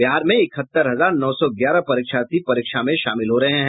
बिहार में इकहत्तर हजार नौ सौ ग्यारह परीक्षार्थी परीक्षा में शामिल हो रहे हैं